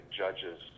judges